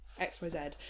xyz